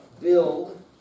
build